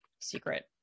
secret